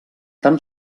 tan